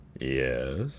yes